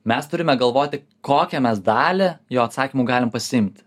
mes turime galvoti kokią mes dalį jo atsakymų galim pasiimti